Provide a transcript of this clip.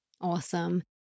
Awesome